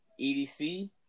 EDC